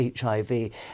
HIV